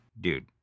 Dude